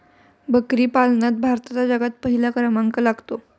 बकरी पालनात भारताचा जगात पहिला क्रमांक लागतो